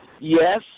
Yes